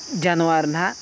ᱡᱟᱱᱣᱟᱨ ᱦᱟᱜ